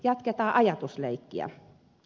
jatketaan ajatusleikkiä